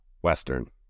Western